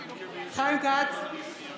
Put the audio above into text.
לא בזכותך.